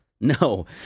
No